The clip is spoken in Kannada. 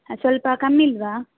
ಹಾಂ ಸ್ವಲ್ಪ ಕಮ್ಮಿಲ್ವಾ